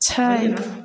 छै